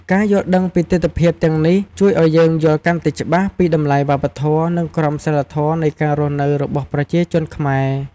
ការយល់ដឹងពីទិដ្ឋភាពទាំងនេះ ជួយឱ្យយើងយល់កាន់តែច្បាស់ពីតម្លៃវប្បធម៌ និងក្រមសីលធម៌នៃការរស់នៅរបស់ប្រជាជនខ្មែរ។